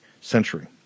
century